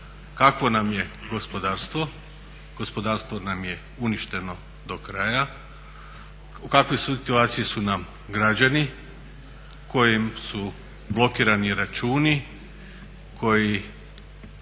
Kakvo nam je gospodarstvo, gospodarstvo nam je uništeno do kraja. U kakvoj situaciji su nam građani kojim su blokirani računi, koji